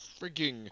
freaking